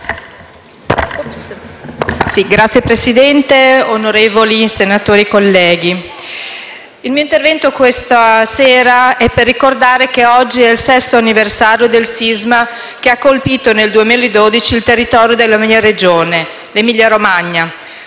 Signor Presidente, onorevoli senatori colleghi, il mio intervento questa sera è per ricordare che oggi è il sesto anniversario del sisma che ha colpito nel 2012 il territorio della mia Regione, l'Emilia-Romagna,